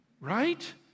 right